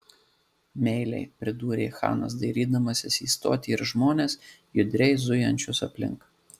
meiliai pridūrė chanas dairydamasis į stotį ir žmones judriai zujančius aplink